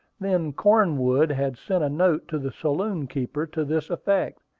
then cornwood had sent a note to the saloon-keeper to this effect,